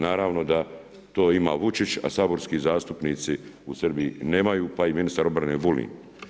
Naravno da to ima Vučić, a saborski zastupnici u Srbiji nemaju, pa i ministar obrane Vulin.